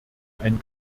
ein